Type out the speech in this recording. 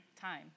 time